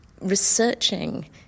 researching